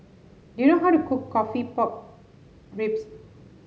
do you know how to cook coffee Pork Ribs